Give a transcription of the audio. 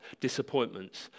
disappointments